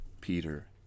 Peter